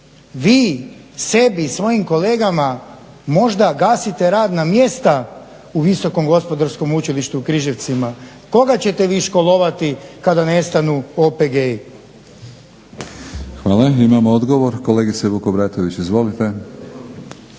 vi sebi i svojim kolegama možda gasite radna mjesta u Visokom gospodarskom učilištu u Križevcima, koga ćete vi školovati kada nestanu OPG-i? **Batinić, Milorad (HNS)** Hvala. Imamo odgovor, kolegice Vukobratović izvolite.